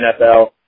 NFL